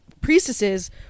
priestesses